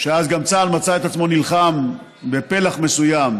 שאז צה"ל מצא את עצמו נלחם בפלח מסוים